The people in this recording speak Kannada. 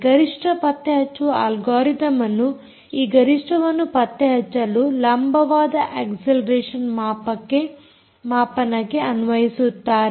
ಗರಿಷ್ಠ ಪತ್ತೆಹಚ್ಚುವ ಆಲ್ಗೊರಿತಮ್ಅನ್ನು ಈ ಗರಿಷ್ಠವನ್ನು ಪತ್ತೆಹಚ್ಚಲು ಲಂಬವಾದ ಅಕ್ಸೆಲೆರೇಷನ್ ಮಾಪನಕ್ಕೆ ಅನ್ವಯಿಸುತ್ತಾರೆ